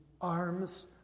arms